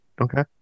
okay